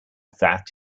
that